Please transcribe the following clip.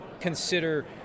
consider